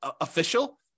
official